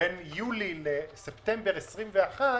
בין יולי לספטמבר 2021,